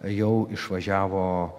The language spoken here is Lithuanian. jau išvažiavo